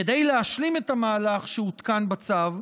כדי להשלים את המהלך שהותקן בצו,